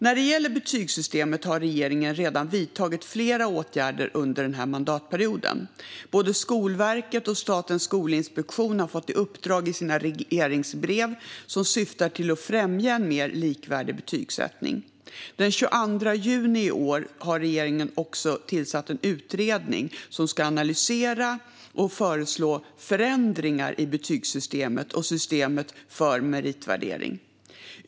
När det gäller betygssystemet har regeringen redan vidtagit flera åtgärder under denna mandatperiod. Både Skolverket och Statens skolinspektion har fått uppdrag i sina regleringsbrev som syftar till att främja en mer likvärdig betygsättning. Den 22 juni i år tillsatte regeringen också en utredning som ska analysera och föreslå förändringar i betygssystemet och systemet för meritvärdering.